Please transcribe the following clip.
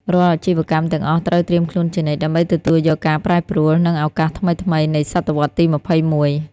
រាល់អាជីវកម្មទាំងអស់ត្រូវត្រៀមខ្លួនជានិច្ច ដើម្បីទទួលយកការប្រែប្រួល និងឱកាសថ្មីៗនៃសតវត្សទី២១។